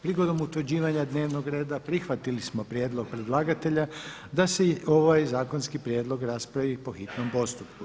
Prigodom utvrđivanja dnevnog reda prihvatili smo prijedlog predlagatelja da se ovaj zakonski prijedlog raspravi po hitnom postupku.